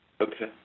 Okay